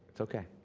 it's okay.